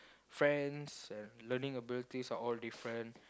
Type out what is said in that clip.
friends and learning abilities are all different